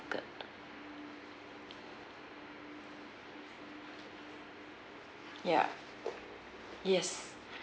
market ya yes